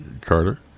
carter